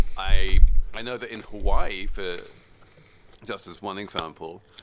i i know that in hawaii, for just as one example,